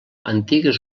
antigues